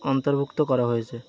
অন্তর্ভুক্ত করা হয়েছে